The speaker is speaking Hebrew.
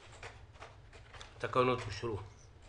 הצבעה בעד, 1 נגד, אין נמנעים, אין התקנות אושרו.